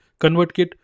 convertkit